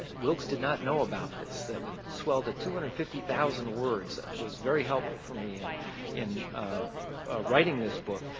wilkes did not know about this, that would swell to two hundred and fifty thousand words was very helpful for me and in writing this book,